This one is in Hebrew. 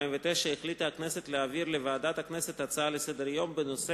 החליטה הכנסת להעביר לוועדת הכנסת הצעה לסדר-היום בדבר הצורך